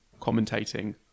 commentating